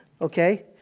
Okay